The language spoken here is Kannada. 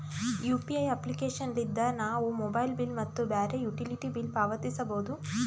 ಯು.ಪಿ.ಐ ಅಪ್ಲಿಕೇಶನ್ ಲಿದ್ದ ನಾವು ಮೊಬೈಲ್ ಬಿಲ್ ಮತ್ತು ಬ್ಯಾರೆ ಯುಟಿಲಿಟಿ ಬಿಲ್ ಪಾವತಿಸಬೋದು